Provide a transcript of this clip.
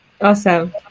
Awesome